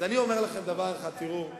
אז אני אומר לכם דבר אחד: תראו,